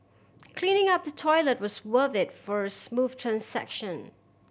cleaning up the toilet was worth it for a smooth transaction